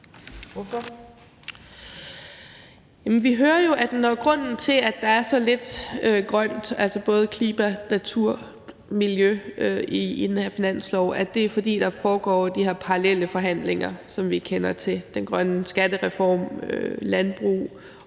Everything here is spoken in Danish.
Jamen vi hører jo, at når der er så lidt grønt, altså både klima, natur og miljø, i den her finanslov, så er det, fordi der foregår de her parallelle forhandlinger, som vi kender til: den grønne skattereform, landbrug. Og